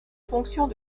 fonctions